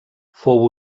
fou